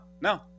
no